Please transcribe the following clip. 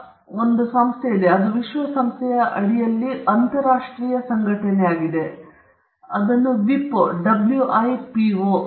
ಉದಾಹರಣೆಗೆ ಬೌದ್ಧಿಕ ಆಸ್ತಿ ಹಕ್ಕುಗಳನ್ನು ನಿರ್ವಹಿಸುವ ವಿಶ್ವಸಂಸ್ಥೆಯ ಅಡಿಯಲ್ಲಿ ಒಂದು ಅಂತರರಾಷ್ಟ್ರೀಯ ಸಂಘಟನೆಯಾದ ವಿಶ್ವ ಬೌದ್ಧಿಕ ಆಸ್ತಿ ಸಂಸ್ಥೆಗಾಗಿರುವ WIPO